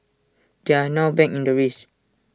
they are now back in the race